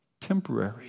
temporary